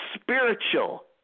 spiritual